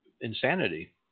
insanity